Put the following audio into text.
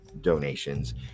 donations